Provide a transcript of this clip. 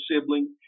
sibling